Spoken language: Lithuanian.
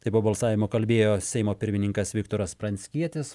taip po balsavimo kalbėjo seimo pirmininkas viktoras pranckietis